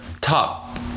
top